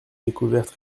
découvertes